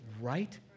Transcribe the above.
right